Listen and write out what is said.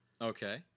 Okay